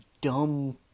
dumb